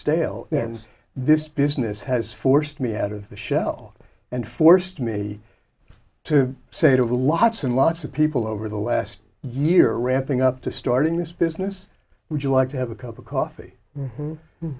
then this business has forced me out of the shell and forced me to say to lots and lots of people over the last year ramping up to starting this business would you like to have a cup of coffee